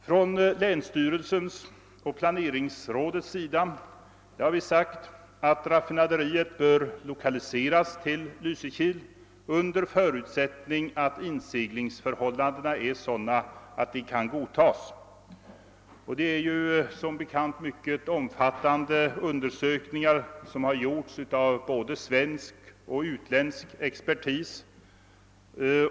Inom länsstyrelsens planeringsråd har vi sagt, att raffinaderiet bör lokaliseras till Lysekil under förutsättning att inseglingsförhållandena är sådana att de kan godtas. Mycket omfattande undersökningar har som bekant gjorts av både svensk och utländsk expertis.